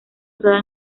usada